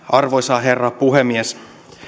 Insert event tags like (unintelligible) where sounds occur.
(unintelligible) arvoisa herra puhemies